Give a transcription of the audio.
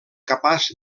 capaç